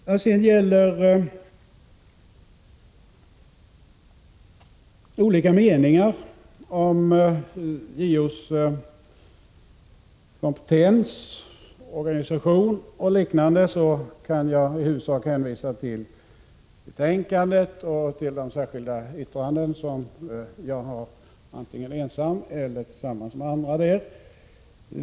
Vad sedan gäller olika meningar om JO:s kompetens, organisation och liknande kan jag i huvudsak hänvisa till betänkandet och till de särskilda yttranden som jag har avgivit antingen ensam eller tillsammans med andra.